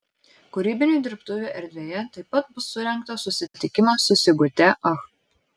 kūrybinių dirbtuvių erdvėje taip pat bus surengtas susitikimas su sigute ach